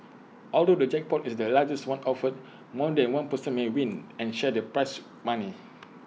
although the jackpot is the largest one offered more than one person may win and share the prize money